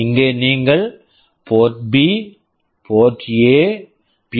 இங்கே நீங்கள் port B Port B port A Port A B